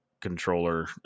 controller